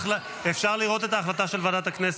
אפשר לראות את ההחלטה של ועדת הכנסת?